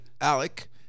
Alec